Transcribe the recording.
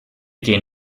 gehen